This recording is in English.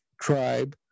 tribe